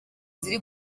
ziri